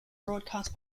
broadcast